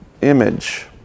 image